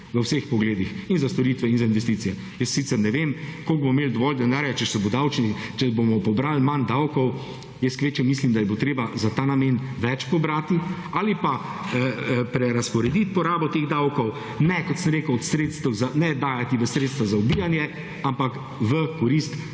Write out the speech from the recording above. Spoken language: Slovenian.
(nadaljevanje) in za storitve in za investicije. Jaz sicer ne vem koliko bomo imeli dovolj denarja, če se bo davčni, če bomo pobrali manj davkov. Jaz kvečjemu mislim, da jih bo treba za ta namen več pobrati ali pa prerazporediti porabo teh davkov. Ne kot sem rekel od sredstev za … ne dajati v sredstva za ubijanje, ampak v korist